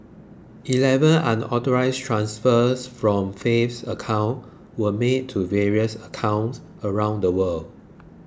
eleven unauthorised transfers from Faith's account were made to various accounts around the world